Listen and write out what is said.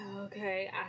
okay